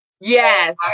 Yes